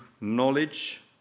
knowledge